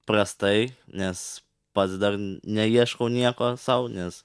prastai nes pats dar neieškau nieko sau nes